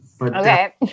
Okay